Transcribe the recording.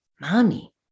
mommy